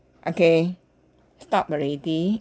okay stopped already